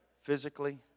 physically